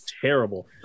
terrible